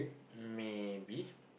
maybe